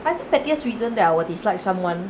I think pettiest reason that I will dislike someone